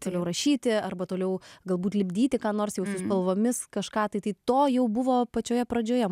toliau rašyti arba toliau galbūt lipdyti ką nors jau spalvomis kažką tai to jau buvo pačioje pradžioje mo